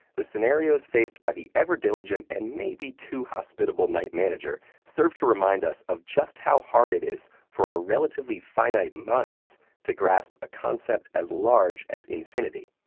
the scenarios faced by the ever-diligent and maybe too hospitable night manager serve to remind us of just how hard it is for our relatively finite minds to grasp a concept as large as infinity.